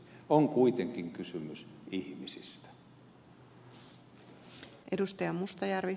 on kuitenkin kysymys ihmisistä